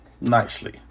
nicely